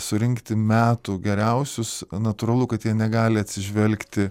surinkti metų geriausius natūralu kad jie negali atsižvelgti